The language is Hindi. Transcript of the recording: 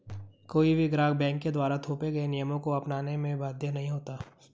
कोई भी ग्राहक बैंक के द्वारा थोपे गये नियमों को अपनाने में बाध्य नहीं होता